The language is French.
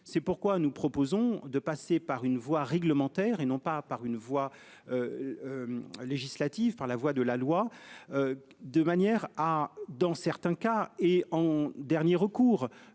C'est pourquoi nous proposons de passer par une voie réglementaire et non pas par une voie. Législative par la voix de la loi. De manière à dans certains cas et en dernier recours